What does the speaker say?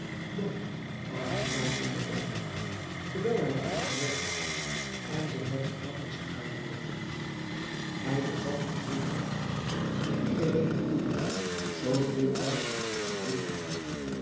jong aangenaam in den omgang terwijl hij goede vermogens had en zich met gemak wist uit te drukken hij bezat de bijzondere gave iedereen te boeijen zoo dikwijls hem dit behaagde